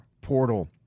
portal